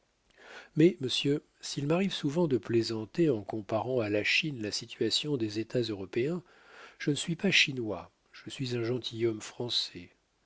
mais monsieur s'il m'arrive souvent de plaisanter en comparant à la chine la situation des états européens je ne suis pas chinois je suis un gentilhomme français